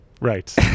Right